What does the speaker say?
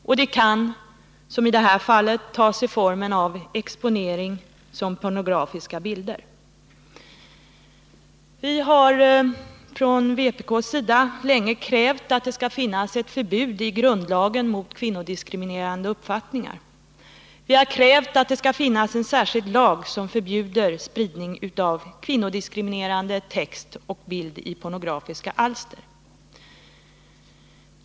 Och det kan, som i det här fallet, ta sig formen av exponering som pornografiska bilder. Vi har från vpk:s sida länge krävt att det skall finnas ett förbud i grundlagen mot kvinnodiskrimerande uppfattningar. Vi har krävt att det skall finnas en särskild lag som förbjuder spridning av kvinnodiskriminerande text och bild i pornografiska alster.